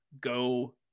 go